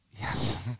Yes